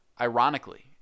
Ironically